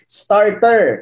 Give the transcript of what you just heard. starter